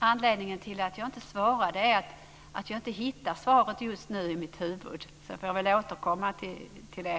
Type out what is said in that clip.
Herr talman! Anledning till att jag inte svarade är att jag inte hittar svaret just nu i mitt huvud. Jag får väl återkomma till det.